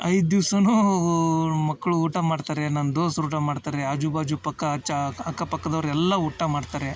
ಐದು ದಿವಸನೂ ಮಕ್ಕಳು ಊಟ ಮಾಡ್ತಾರೆ ನನ್ನ ದೋಸ್ತ್ರು ಊಟ ಮಾಡ್ತಾರೆ ಆಜು ಬಾಜು ಪಕ್ಕ ಅಚ್ಚ ಅಕ್ಕ ಪಕ್ಕದವ್ರು ಎಲ್ಲ ಊಟ ಮಾಡ್ತಾರೆ